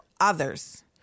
others